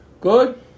Good